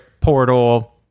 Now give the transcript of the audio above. portal